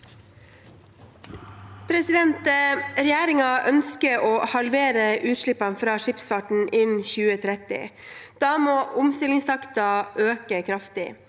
Regjeringen ønsker å halvere utslippene fra skipsfarten innen 2030. Da må omstillingstakten øke kraftig.